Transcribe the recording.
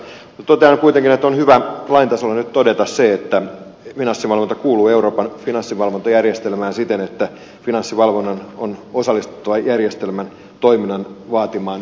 totean kuitenkin että on hyvä lain tasolla nyt todeta se että finanssivalvonta kuuluu euroopan finanssivalvontajärjestelmään siten että finanssivalvonnan on osallistuttava järjestelmän toiminnan vaatimaan yhteistyöhön